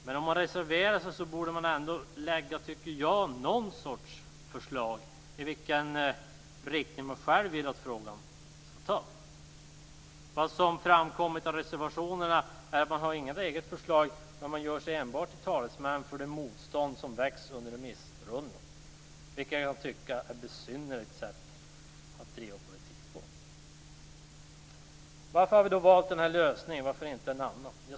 Men om man reserverar sig borde man ändå, tycker jag, lägga fram någon sorts förslag när det gäller vilken riktning man själv vill att frågan skall ta. Det som har framkommit av reservationerna är att man inte har något eget förslag. Man gör sig enbart till talesman för det motstånd som väckts under remissrundan. Det kan jag tycka är ett besynnerligt sätt att driva politik på. Varför har vi då valt denna lösning och inte en annan?